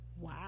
wow